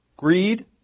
Greed